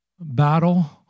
battle